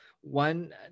one